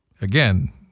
again